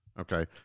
okay